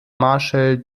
marschall